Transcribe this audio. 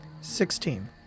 Sixteen